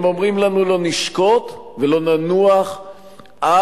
הם אומרים לנו: לא נשקוט ולא ננוח עד